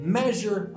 measure